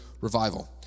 Revival